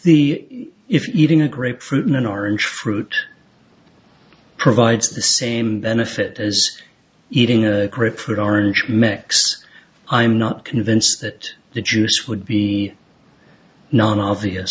the if eating a grapefruit in an orange fruit provides the same benefit as eating a crippled orange mix i'm not convinced that the juice would be nonobvious